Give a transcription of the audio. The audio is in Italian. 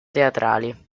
teatrali